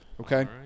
Okay